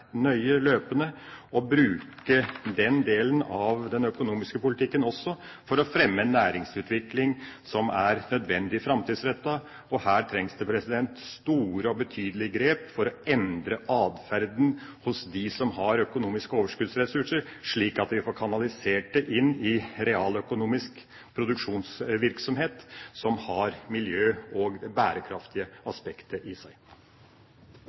delen av den økonomiske politikken også for å fremme en næringsutvikling som er nødvendig framtidsrettet. Her trengs det store og betydelige grep for å endre atferden hos dem som har økonomiske overskuddsressurser, slik at vi får kanalisert det inn i realøkonomisk produksjonsvirksomhet som har miljøaspekter og bærekraftige aspekter i seg.